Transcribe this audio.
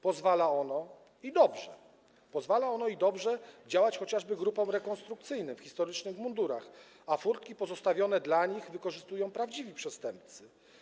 Pozwala ono, i dobrze - pozwala, i dobrze - działać chociażby grupom rekonstrukcyjnym w historycznych mundurach, a furtki pozostawione dla nich wykorzystują prawdziwi przestępcy.